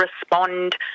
respond